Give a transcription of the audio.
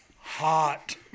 Hot